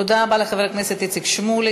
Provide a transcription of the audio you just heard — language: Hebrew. תודה רבה לחבר הכנסת איציק שמולי.